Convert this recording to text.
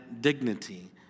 dignity